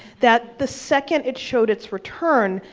that the second it showed its return,